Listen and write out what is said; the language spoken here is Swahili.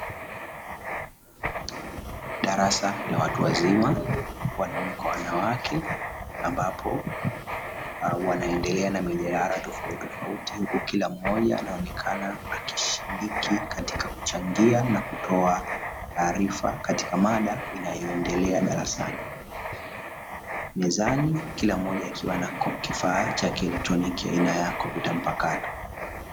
Darasa la watu wazima wanaume kwa wanawake ambapo wanaendelea na mijadala tofauti tofauti, huku kila mmoja anaonekana akishiriki katika kuchangia na kutoa taarifa katika mada inayoendelea darasani, mezani kila mmoja akiwa na kifaa cha kielektroniki aina ya kompyuta mpakato.